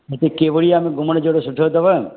हिते केवड़िया में घुमण जेड़ो सुठो थव